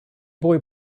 boy